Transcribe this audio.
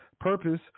purpose